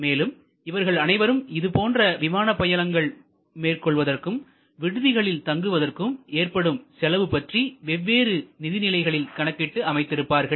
மேலும் இவர்கள் அனைவரும் இதுபோன்ற விமான பயணங்கள் மேற்கொள்வதற்கும் விடுதிகளில் தங்குவதற்கும் ஏற்படும் செலவு பற்றி வெவ்வேறு நிதி நிலைகளில் கணக்கிட்டு அமைத்திருப்பார்கள்